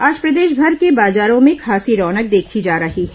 आज प्रदेशभर के बाजारों में खासी रौनक देखी जा रही है